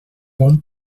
bon